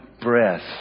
breath